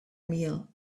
meal